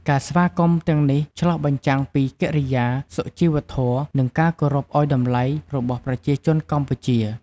ការស្វាគមន៍ទាំងនេះ ឆ្លុះបញ្ចាំងពី កិរិយា សុជីវធម៍ និងការគោរពអោយតម្លៃ របស់ប្រជាជនកម្ពុជា។